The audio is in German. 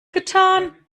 getan